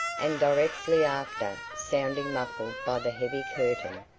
and directly after, sounding muffled by the heavy curtain,